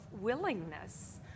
willingness